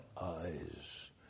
eyes